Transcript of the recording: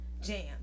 jam